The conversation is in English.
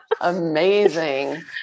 Amazing